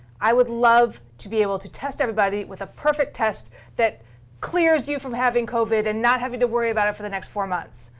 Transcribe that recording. i would love to be able to test everybody with a perfect test that clears you from having covid and not having to worry about it for the next four months.